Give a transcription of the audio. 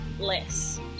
less